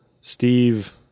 Steve